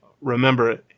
remember